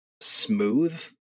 smooth